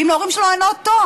ואם להורים שלו אין אוטו,